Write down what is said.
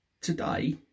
today